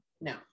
No